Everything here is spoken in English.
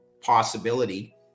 possibility